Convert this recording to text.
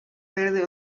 verde